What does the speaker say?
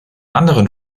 anderen